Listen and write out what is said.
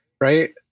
right